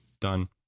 Done